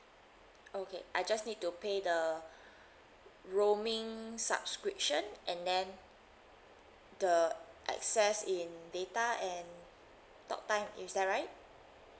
okay I just need to pay the roaming subscription and then the excess in data and talk time is that right